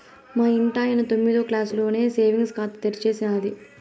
మా ఇంటాయన తొమ్మిదో క్లాసులోనే సేవింగ్స్ ఖాతా తెరిచేసినాది